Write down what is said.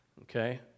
okay